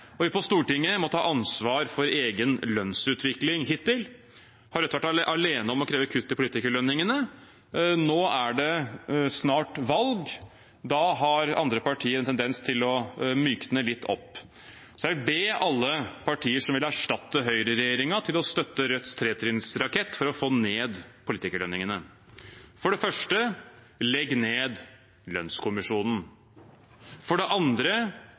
og vi på Stortinget må ta ansvar for egen lønnsutvikling. Hittil har Rødt vært alene om å kreve kutt i politikerlønningene. Nå er det snart valg, og da har andre partier en tendens til å mykne litt opp. Så jeg vil be alle partier som vil erstatte høyreregjeringen, om å støtte Rødts tretrinnsrakett for å få ned politikerlønningene. For det første: Legg ned lønnskommisjonen. For det andre: